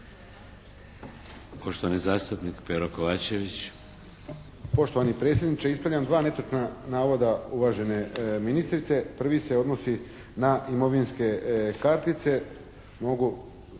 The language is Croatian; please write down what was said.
Poštovani zastupnik Pero Kovačević. **Kovačević, Pero (HSP)** Poštovani predsjedniče, ispravljam dva netočna navoda uvažene ministrice. Prvi se odnosi na imovinske kartice.